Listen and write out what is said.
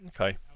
Okay